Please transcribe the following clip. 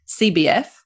CBF